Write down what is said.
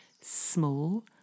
small